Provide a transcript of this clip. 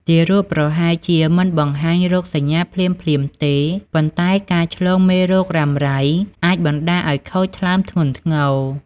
ទារកប្រហែលជាមិនបង្ហាញរោគសញ្ញាភ្លាមៗទេ ប៉ុន្តែការឆ្លងមេរោគរ៉ាំរ៉ៃអាចបណ្តាលឱ្យខូចថ្លើមធ្ងន់ធ្ងរ។